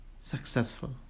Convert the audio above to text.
successful